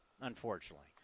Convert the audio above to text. unfortunately